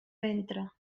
ventre